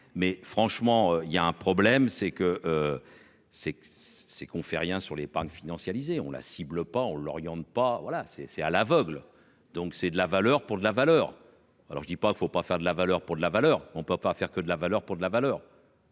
Mais franchement il y a un problème c'est que. C'est c'est qu'on fait rien sur l'épargne financiarisé on la cible pas on l'oriente pas voilà c'est c'est à l'aveugle. Donc c'est de la valeur pour la valeur. Alors je dis pas il ne faut pas faire de la valeur pour la valeur. On ne peut pas faire que de la valeur pour de la valeur.